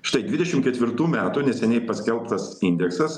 štai dvidešim ketvirtų metų neseniai paskelbtas indeksas